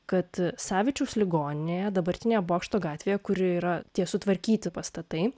kad savičiaus ligoninėje dabartinėje bokšto gatvėje kuri yra tie sutvarkyti pastatai